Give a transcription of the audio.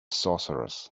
sorcerers